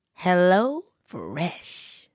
HelloFresh